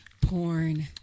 porn